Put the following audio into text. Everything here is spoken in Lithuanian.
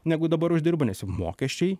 negu dabar uždirba nes jų mokesčiai